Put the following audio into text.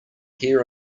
hear